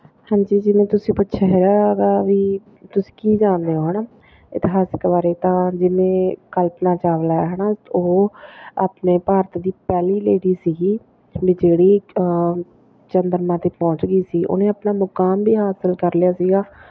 ਹਾਂਜੀ ਜੀ ਮੈਂ ਤੁਸੀਂ ਪੁੱਛਿਆ ਹੈਗਾ ਵੀ ਤੁਸੀਂ ਕੀ ਕਰਦੇ ਹੋ ਹੈ ਨਾ